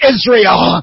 Israel